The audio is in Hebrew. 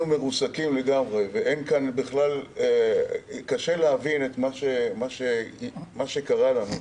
אנחנו מרוסקים לגמרי וקשה להבין את מה שקרה לנו.